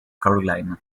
carolina